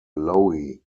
lowe